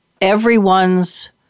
everyone's